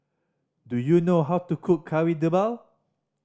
do you know how to cook Kari Debal